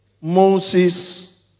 Moses